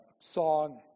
song